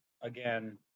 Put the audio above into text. again